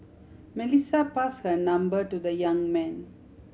Melissa pass her number to the young man